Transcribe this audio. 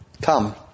Come